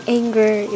anger